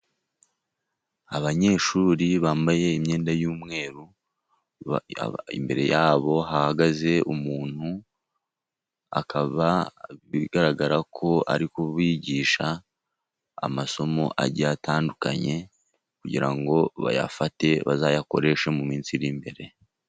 Abanyeshuri bambaye imyenda y'umweru imbere yabo hahagaze umuntu akaba bigaragara ko arikubigisha amasomo agiye atandukanye kugira ngo bayafate bazayakoryeshe mu minsi iri imbere.